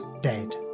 Dead